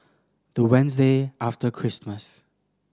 the Wednesday after Christmas